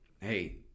hey